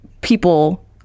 people